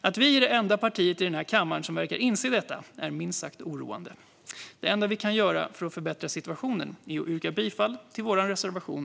Att vi är det enda partiet i denna kammare som verkar inse detta är minst sagt oroande. Det enda vi kan göra för att förbättra situationen är att yrka bifall till vår reservation.